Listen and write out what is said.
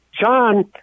John